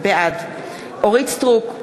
בעד אורית סטרוק,